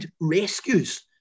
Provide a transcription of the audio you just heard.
rescues